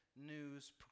news